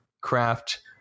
craft